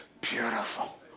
beautiful